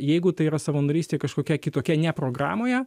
jeigu tai yra savanorystė kažkokia kitokia ne programoje